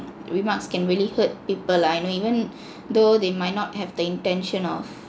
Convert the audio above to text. remarks can really hurt people lah you know even though they might not have the intention of